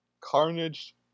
Carnage